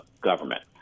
government